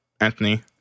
Anthony